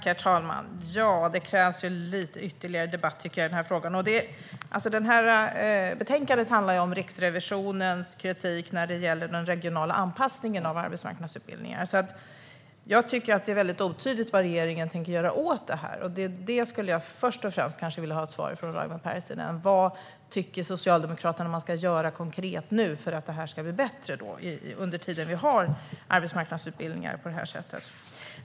Herr talman! Det krävs lite ytterligare debatt, tycker jag, i den här frågan. Betänkandet handlar om Riksrevisionens kritik när det gäller den regionala anpassningen av arbetsmarknadsutbildningar. Jag tycker att det är väldigt otydligt vad regeringen tänker göra åt det här. Det skulle jag först och främst vilja ha ett svar på från Raimo Pärssinen. Vad tycker Socialdemokraterna att man konkret ska göra för att det ska bli bättre under den tid som vi har arbetsmarknadsutbildningar på det här sättet?